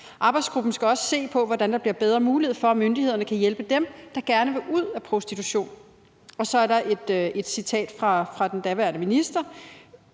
Arbejdsgruppen skal også se på, hvordan der bliver bedre mulighed for, at myndighederne kan hjælpe dem, der gerne vil ud af prostitution«. Så er der også et citat fra den daværende minister,